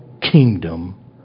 kingdom